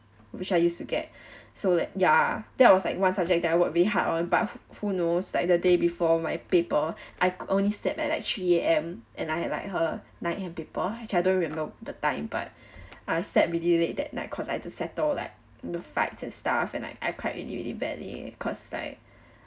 which I used to get so like ya that was like one subject that I worked really hard on but who who knows like the day before my paper I could only slept at like three A_M and I had like her night hand people which I hadn't really note the time but I slept really late that night cause I just had to settle like the fights and stuff and I cried really really badly cause like